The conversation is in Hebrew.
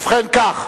ובכן כך: